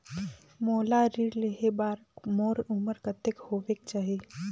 मोला ऋण लेहे बार मोर उमर कतेक होवेक चाही?